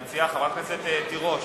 המציעה, חברת הכנסת תירוש,